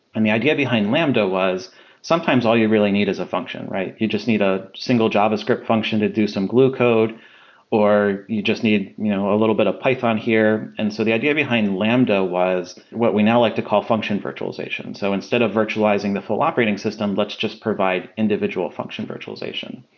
and the idea behind lambda was sometimes all you really need is a function, right? you just need a single javascript function to do some glue code or you just need you know a little bit of python here. and so the idea behind lambda was what we now like to call function virtualization. so instead of virtualizing the full operating system, let's just provide individual function virtualization.